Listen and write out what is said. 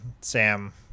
Sam